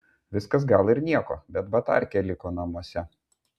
viskas gal ir nieko bet batarkė liko namuose